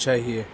چاہیے